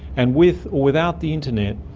and with without the internet,